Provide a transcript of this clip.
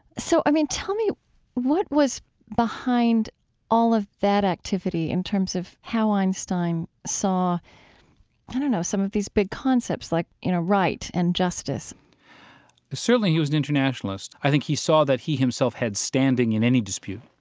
so, i mean, tell me what was behind all of that activity in terms of how einstein saw i don't kind of know some of these big concepts like, you know, right and justice certainly he was an internationalist. i think he saw that he himself had standing in any dispute.